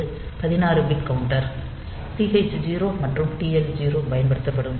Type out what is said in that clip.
இது 16 bit counter TH 0 மற்றும் TL 0 பயன்படுத்தப்படும்